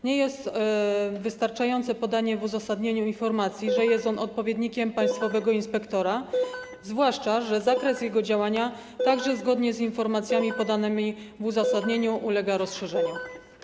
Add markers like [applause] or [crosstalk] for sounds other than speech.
Nie jest wystarczające podanie w uzasadnieniu informacji, że [noise] jest on odpowiednikiem państwowego inspektora, zwłaszcza że zakres jego działania także - zgodnie z informacjami podanymi w uzasadnieniu - ulega rozszerzeniu.